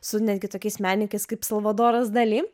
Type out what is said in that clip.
su netgi tokiais menininkais kaip salvadoras dali